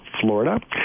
Florida